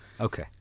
Okay